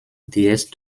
déesse